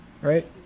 Right